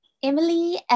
Emily